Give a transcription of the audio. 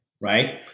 Right